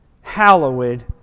hallowed